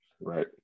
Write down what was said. Right